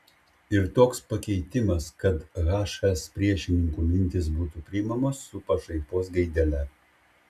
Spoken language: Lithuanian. ir toks pakeitimas kad hs priešininkų mintys būtų priimamos su pašaipos gaidele